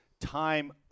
time